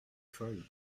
folle